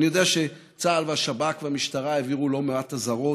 אני יודע שצה"ל והשב"כ והמשטרה העבירו לא מעט אזהרות.